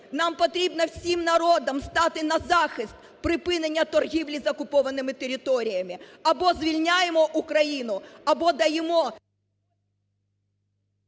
нам потрібно всім народом стати на захист припинення торгівлі з окупованими територіями. Або звільняємо Україну, або даємо…